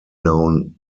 known